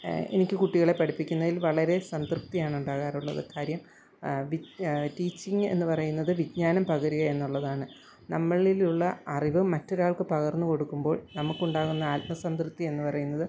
എനിക്ക് കൂട്ടികളെ പഠിപ്പിക്കുന്നതിൽ വളരെ സംതൃപ്തിയാണ് ഉണ്ടാകാറുള്ളത് കാര്യം ടീച്ചിങ്ങ് എന്ന് പറയുന്നത് വിജ്ഞാനം പകരുക എന്നുള്ളതാണ് നമ്മളിലുള്ള അറിവ് മറ്റൊരാൾക്ക് പകർന്നു കൊടുക്കുമ്പോൾ നമുക്കുണ്ടാകുന്ന ആത്മസംതൃപ്തി എന്നുപറയുന്നത്